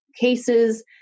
cases